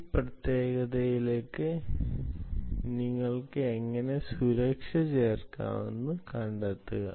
ഈ പ്രത്യേകതയിലേക്ക് നിങ്ങൾക്ക് എങ്ങനെ സുരക്ഷ ചേർക്കാമെന്ന് കണ്ടെത്തുക